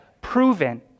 proven